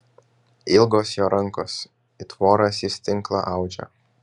ilgos jo rankos it voras jis tinklą audžia